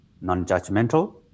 non-judgmental